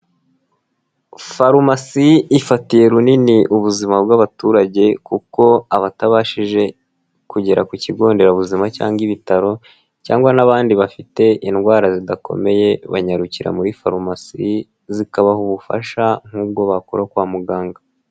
Farumasi ifatiye runini ubuzima bw'abaturage, kuko abatabashije kugera ku kigo nderabuzima cyangwa ibitaro cyangwa n'abandi bafite indwara zidakomeye, banyarukira muri farumasi zikabaha ubufasha nk'ubwo bakura kwa muganga.